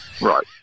right